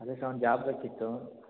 ಅದೇ ಸ ಒಂದ್ ಜಾಬ್ ಬೇಕಿತ್ತು